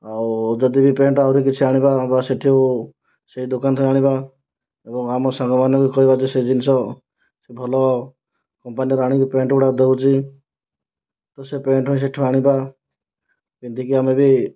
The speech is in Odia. ଆଉ ଯଦି ବି ପ୍ୟାଣ୍ଟ ଆହୁରି କିଛି ଆଣିପାରିଥାନ୍ତ ସେଇଠୁ ସେହି ଦୋକାନରେ ଏବଂ ଆମ ସାଙ୍ଗମାନେ ବି କହିଲେ ସେହି ଜିନିଷ ଭଲ କମ୍ପାନୀର ଆଣି ପ୍ୟାଣ୍ଟ ଗୁଡ଼ାକ ଦେଉଛି ଏହିସବୁ ପ୍ୟାଣ୍ଟ ତୁମେ ସେଇଠୁ ଆଣିବା ପିନ୍ଧିକି ଆମେ ବି